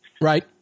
Right